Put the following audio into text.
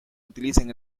utilizan